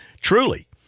truly